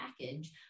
package